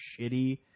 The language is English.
shitty